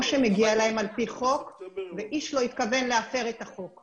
שמגיע להם על פי חוק ואיש לא התכוון להפר את החוק.